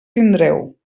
tindreu